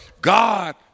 God